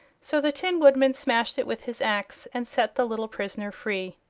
so the tin woodman smashed it with his axe and set the little prisoner free.